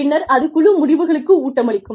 பின்னர் அது குழு முடிவுகளுக்கு ஊட்டமளிக்கும்